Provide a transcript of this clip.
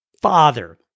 father